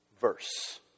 verse